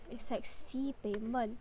it's like sibei 闷